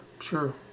sure